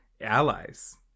allies